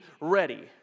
ready